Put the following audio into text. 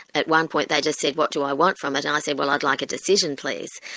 at one point they just said what do i want from it, and i said, well i'd like a decision, please.